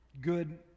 good